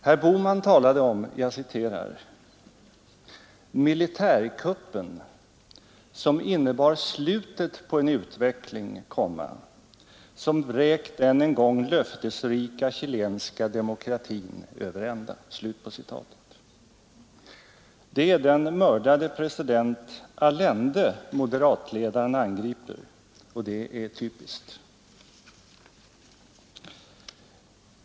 Herr Bohman talade om: ”Militärkuppen som innebar slutet på en utveckling, som vräkt den en gång löftesrika chilenska demokratin över ända.” Det är den mördade presidenten Allende som moderatledaren angriper, och det är typiskt.